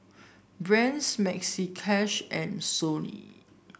Brand's Maxi Cash and Sony